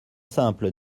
simple